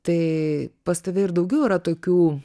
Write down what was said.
tai pas tave ir daugiau yra tokių